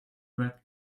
red